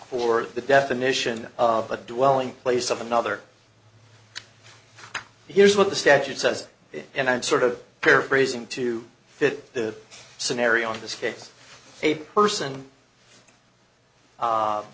for the definition of the dwelling place of another here's what the statute says and i'm sort of paraphrasing to fit the scenario in this case a person